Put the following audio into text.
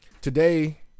Today